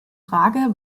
frage